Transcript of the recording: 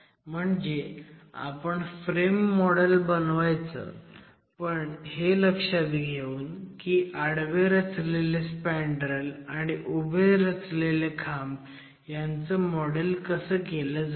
म्हणजे आपण frame model बनवायचं पण हे लक्षात घेऊन की आडवे रचलेले स्पॅन्डरेल आणि उभे रचलेले खांब ह्यांचं मॉडेल कसं केलं जाईल